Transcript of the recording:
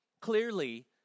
Clearly